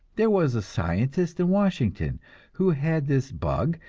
there was a scientist in washington who had this bug,